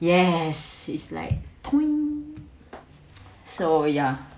yes it's like twin so ya